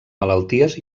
malalties